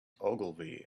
ogilvy